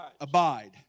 abide